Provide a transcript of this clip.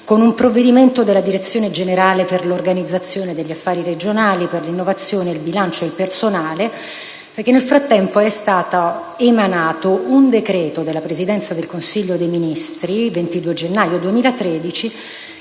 con provvedimento della Direzione generale per l'organizzazione, gli affari generali, l'innovazione, il bilancio ed il personale, perché nel frattempo era stato emanato un decreto del Presidente del Consiglio dei ministri, il 22 gennaio 2013,